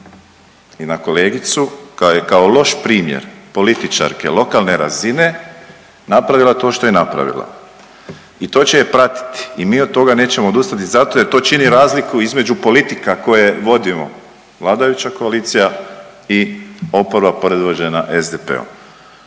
i na kolegicu kao loš primjer političarke lokalne razine napravila to što je napravila i to će je pratiti i mi od toga nećemo odustati zato jer to čini razliku između politika koje vodimo vladajuća koalicija i oporba predvođena SDP-om.